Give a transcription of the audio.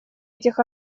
этих